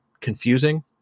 confusing